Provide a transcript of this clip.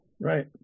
Right